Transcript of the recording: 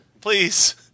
please